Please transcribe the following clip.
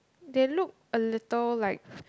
they look a little like